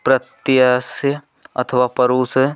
प्रत्यस अथवा परोस